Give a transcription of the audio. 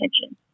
attention